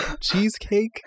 Cheesecake